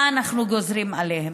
מה אנחנו גוזרים עליהם?